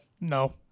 No